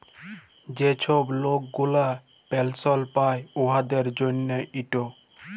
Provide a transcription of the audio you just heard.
যে ছব লক গুলা পেলসল পায় উয়াদের জ্যনহে ইট